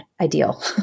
ideal